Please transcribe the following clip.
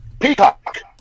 Peacock